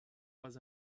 pas